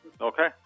Okay